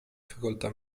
facoltà